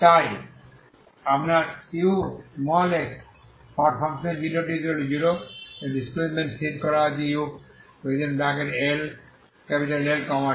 তাই আপনার ux0t0 এবং ডিসপ্লেসমেন্ট স্থির করা হয়েছে uLt0